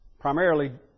primarily